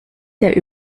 der